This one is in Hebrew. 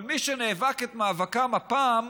אבל מי שנאבק את מאבקם הפעם,